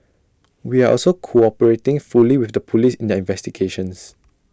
we are also cooperating fully with the Police in their investigations